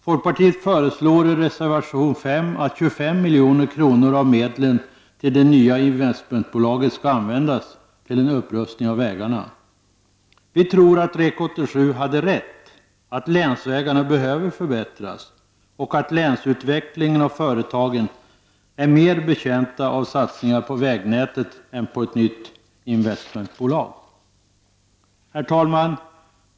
Folkpartiet föreslår i reservation nr 5 att 25 milj.kr. av medlen till det nya investmentbolaget skall användas till en upprustning av vägarna. Vi tror att REK 87 hade rätt i att länsvägarna behöver förbättras och att länsutvecklingen och företagen är mer betjänta av satsningar på vägnätet än på ett nytt investmentbolag. Herr talman!